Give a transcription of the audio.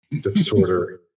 disorder